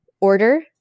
order